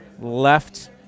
left